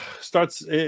Starts